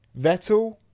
Vettel